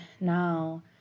now